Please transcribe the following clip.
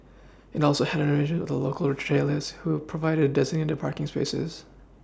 it also had arrangements with local retailers who provided designated parking spaces